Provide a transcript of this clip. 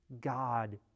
God